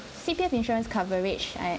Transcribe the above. C_P_F insurance coverage I